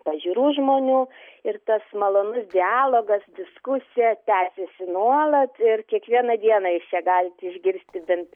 pažiūrų žmonių ir tas malonus dialogas diskusija tęsiasi nuolat ir kiekvieną dieną jūs čia galit išgirsti bent